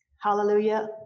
Hallelujah